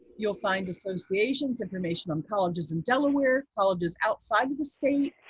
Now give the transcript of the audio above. you'll find associations, information on colleges in delaware, colleges outside of the state,